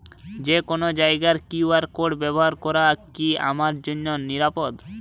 যে কোনো জায়গার কিউ.আর কোড ব্যবহার করা কি আমার জন্য নিরাপদ?